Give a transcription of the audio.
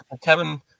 Kevin